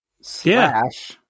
slash